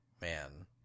Man